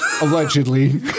Allegedly